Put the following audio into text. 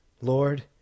Lord